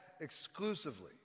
exclusively